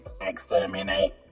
Exterminate